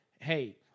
hey